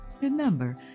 Remember